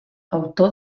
autor